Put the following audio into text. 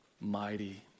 mighty